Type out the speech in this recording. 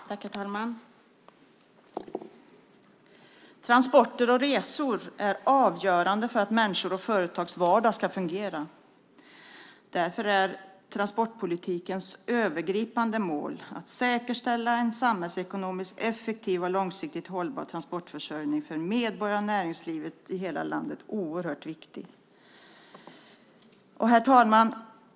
Herr talman! Transporter och resor är avgörande för att människors och företags vardag ska fungera. Därför är transportpolitikens övergripande mål att säkerställa en samhällsekonomisk, effektiv och långsiktigt hållbar transportförsörjning för medborgarna och näringslivet i hela landet oerhört viktigt. Herr talman!